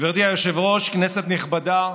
גברתי היושבת-ראש, כנסת נכבדה,